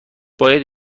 باید